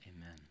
Amen